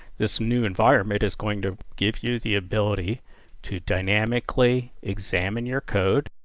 this new environment is going to give you the ability to dynamically examine your code,